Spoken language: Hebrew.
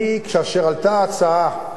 כאשר עלתה ההצעה,